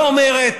לא אומרת: